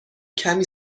کمی